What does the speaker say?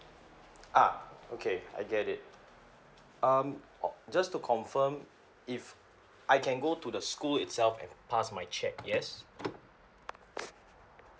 ah okay I get it um orh just to confirm if I can go to the school itself and pass my cheque yes